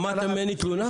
שמעת ממני תלונה?